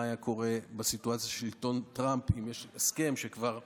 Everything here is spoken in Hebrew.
היה קורה בסיטואציה של שלטון טראמפ אם יש הסכם שכבר מוסכם,